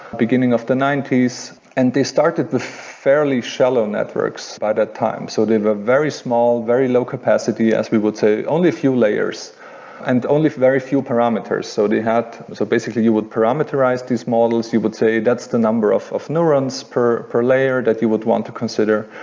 beginning of the ninety s and they started the fairly shallow networks by that time. so they have a very small, very low capacity, as we would say only a few layers and only very few parameters so so basically, you would parameterize these models, you would say that's the number of of neurons per per layer that you would want to consider.